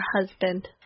husband